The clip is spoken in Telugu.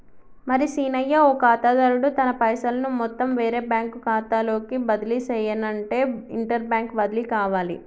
మరి సీనయ్య ఓ ఖాతాదారుడు తన పైసలను మొత్తం వేరే బ్యాంకు ఖాతాలోకి బదిలీ సెయ్యనఅంటే ఇంటర్ బ్యాంక్ బదిలి కావాలి